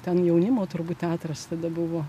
ten jaunimo turbūt teatras tada buvo